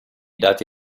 dati